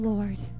Lord